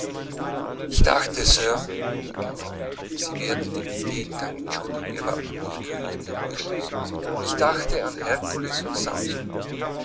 ich dachte sir sie werden den ideengang entschuldigen er war unwillkürlich ich dachte an herkules und samson